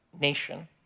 nation